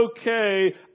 okay